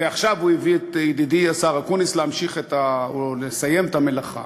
ועכשיו הוא הביא את ידידי השר אקוניס לסיים את המלאכה.